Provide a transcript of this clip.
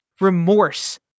remorse